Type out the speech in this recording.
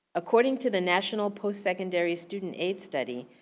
according to the national post-secondary student aid study,